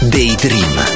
Daydream